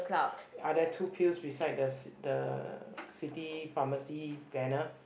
are there two pills beside the c~ the city pharmacy banner